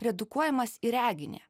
redukuojamas į reginį